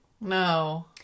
no